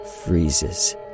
freezes